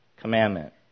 commandment